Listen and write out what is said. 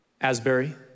Asbury